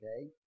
Okay